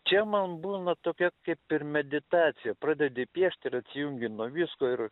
čia man būna tokia kaip ir meditacija pradedi piešt ir atjungi nuo visko ir